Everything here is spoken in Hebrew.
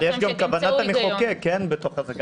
אבל יש גם כוונת המחוקק בתוך זה.